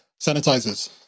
sanitizers